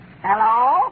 Hello